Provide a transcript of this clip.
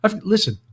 listen